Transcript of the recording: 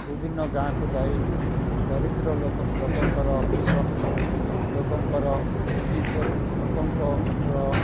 ବିଭିନ୍ନ ଗାଁକୁ ଯାଇ ଦରିଦ୍ର ଲୋକ ଲୋକଙ୍କର ଲୋକଙ୍କର କିପରି ଲୋକଙ୍କର